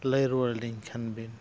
ᱞᱟᱹᱭ ᱨᱩᱣᱟᱹᱲᱟᱞᱤᱧ ᱠᱷᱟᱱ ᱵᱤᱱ